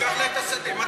ניקח להם את השדה.